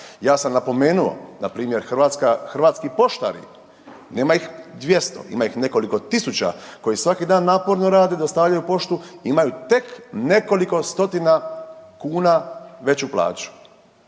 ja sam napomenuo, npr. hrvatski poštari nema ih 200, ima ih nekoliko tisuća koji svaki dan naporno rade i dostavljaju poštu, imaju tek nekoliko stotina kuna veću plaću.